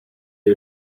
you